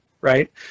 right